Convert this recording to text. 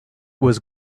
was